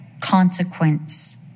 consequence